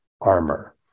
armor